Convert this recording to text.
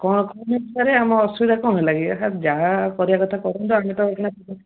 କ'ଣ ସାରେ ଆମ ଅସୁବିଧା କ'ଣ ହେଲା କି ଯାହା କରିବା କଥା କରନ୍ତୁ ଆମେ ତ ଏଇକ୍ଷିଣା